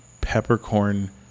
peppercorn